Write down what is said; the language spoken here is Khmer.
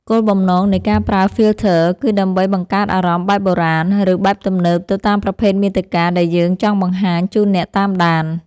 គោលបំណងនៃការប្រើ ហ្វីលធ័រ គឺដើម្បីបង្កើតអារម្មណ៍បែបបុរាណ ឬបែបទំនើបទៅតាមប្រភេទមាតិកាដែលយើងចង់បង្ហាញជូនអ្នកតាមដាន។